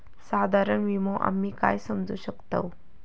साधारण विमो आम्ही काय समजू शकतव?